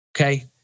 okay